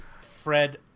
fred